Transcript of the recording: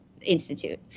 institute